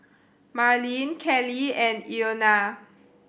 Marleen Kellie and Ilona